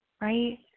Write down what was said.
right